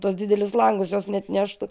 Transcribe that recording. tuos didelius langus jos neatneštų